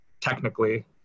technically